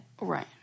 Right